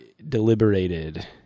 deliberated